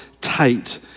tight